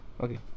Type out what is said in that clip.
Okay